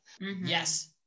Yes